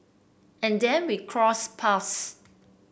and then we crossed paths